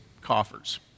coffers